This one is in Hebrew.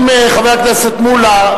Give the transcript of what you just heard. אם חבר הכנסת מולה,